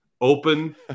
open